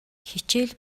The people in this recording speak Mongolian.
хичээл